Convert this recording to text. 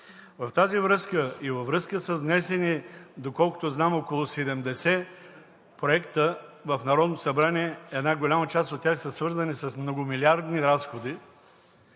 В тази връзка и във връзка с внесени – доколкото знам, около 70 проекта в Народното събрание – една голяма част са свързани с многомилиардни разходи,